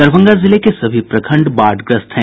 दरभंगा जिले के सभी प्रखंड बाढ़ग्रस्त हैं